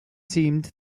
seemed